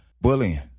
bullying